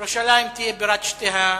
ירושלים שתהיה בירת שתי המדינות.